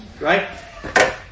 right